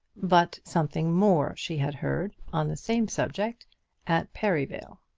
but something more she had heard on the same subject at perivale.